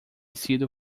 sido